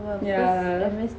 yeah